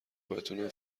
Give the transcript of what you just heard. بتونن